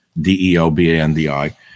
D-E-O-B-A-N-D-I